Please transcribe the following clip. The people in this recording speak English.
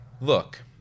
look